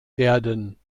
werden